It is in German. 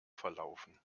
verlaufen